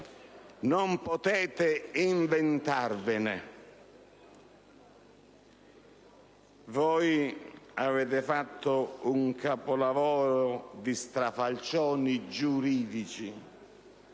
non potete inventarvene. Voi avete fatto un capolavoro di strafalcioni giuridici,